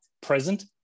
present